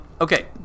Okay